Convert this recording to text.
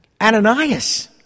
Ananias